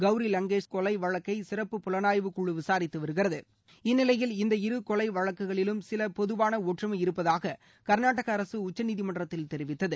கௌரி லங்கேஷ் கொலை வழக்கை சிறப்பு புலனாய்வுக்குழு விசாரிதது வருகிறது இந்நிலையில் இந்த இரு கொலை வழக்குகளிலும் சில பொதுவான ஒற்றுமை இருப்பதாக கர்நாடக அரசு உச்சநீதிமன்றத்தில் தெரிவித்தது